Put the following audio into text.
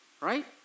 Right